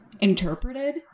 interpreted